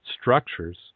structures